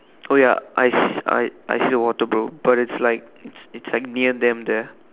oh ya I see I I see the water bro but it's like it's like near them there